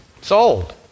sold